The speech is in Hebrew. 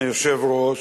אדוני היושב-ראש,